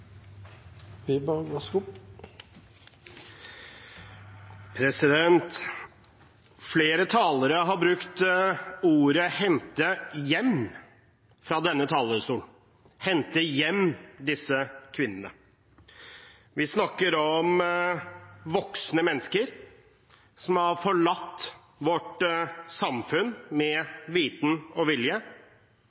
hente hjem» disse kvinnene. Vi snakker om voksne mennesker som har forlatt vårt samfunn med viten og vilje